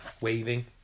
Waving